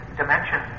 dimension